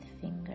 finger